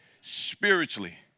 spiritually